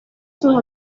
sus